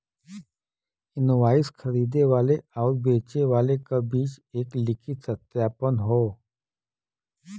invoice खरीदे वाले आउर बेचे वाले क बीच एक लिखित सत्यापन हौ